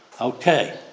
Okay